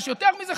יש יותר מזה,